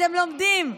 אתם לומדים.